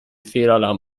fehlalarm